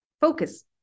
focus